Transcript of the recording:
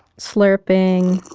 slurping,